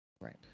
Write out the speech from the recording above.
Right